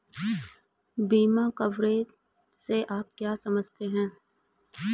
बीमा कवरेज से आप क्या समझते हैं?